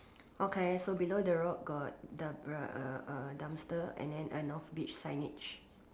okay so below the rock got the br~ uh uh dumpster and then a Northbridge signage